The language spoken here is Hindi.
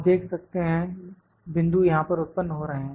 आप देख सकते हैं बिंदु यहां पर उत्पन्न हो रहे हैं